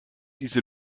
diese